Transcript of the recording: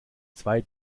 zwei